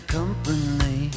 company